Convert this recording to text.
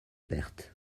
pertes